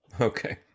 Okay